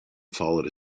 followed